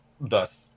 Thus